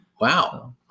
Wow